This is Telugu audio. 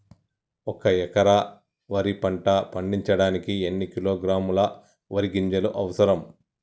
ఒక్క ఎకరా వరి పంట పండించడానికి ఎన్ని కిలోగ్రాముల వరి గింజలు అవసరం?